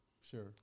sure